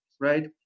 right